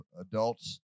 adults